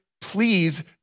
please